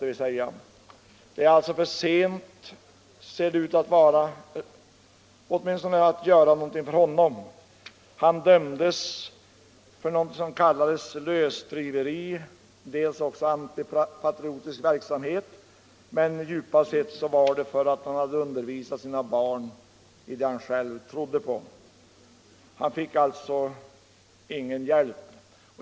Och det tycks vara för sent att göra någonting för denne Vins. Han dömdes dels för ”lösdriveri”, dels för antipatriotisk verksamhet, men djupast sett var det för att han hade undervisat sina barn i vad han själv trodde på. Han fick alltså ingen hjälp.